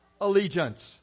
allegiance